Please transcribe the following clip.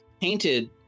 painted